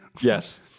Yes